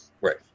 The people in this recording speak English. Right